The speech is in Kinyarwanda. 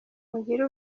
mugire